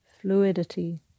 fluidity